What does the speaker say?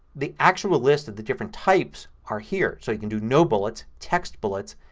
the actual list of the different types are here. so you can do no bullets, text bullets,